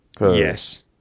Yes